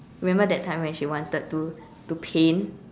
remember that time when she wanted to to paint